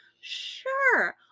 Sure